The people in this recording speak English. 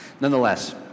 nonetheless